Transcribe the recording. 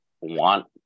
want